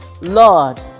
Lord